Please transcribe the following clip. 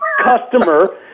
customer